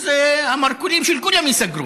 אז המרכולים של כולם ייסגרו.